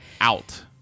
out